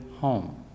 home